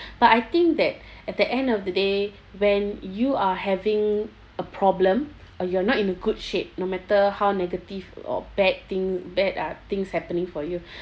but I think that at the end of the day when you are having a problem or you're not in a good shape no matter how negative or bad thing bad uh things happening for you